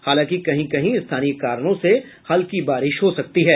हालांकि कहीं कहीं स्थानीय कारणों से हल्की बारिश हो सकती है